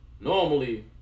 Normally